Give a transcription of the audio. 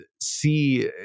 see